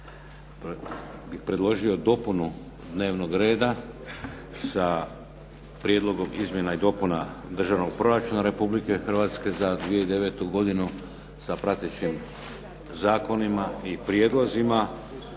bih predložio dopunu dnevnog reda sa Prijedlogom izmjena i dopuna Državnog proračuna Republike Hrvatske za 2009. godinu sa pratećim zakonima i prijedlozima.